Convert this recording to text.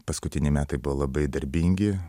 paskutiniai metai buvo labai darbingi